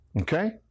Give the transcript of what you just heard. Okay